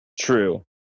true